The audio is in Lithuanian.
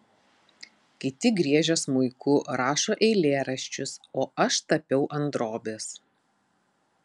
kiti griežia smuiku rašo eilėraščius o aš tapiau ant drobės